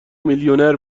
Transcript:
میلیونر